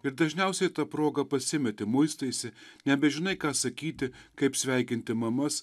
ir dažniausiai ta proga pasimeti muistaisi nebežinai ką sakyti kaip sveikinti mamas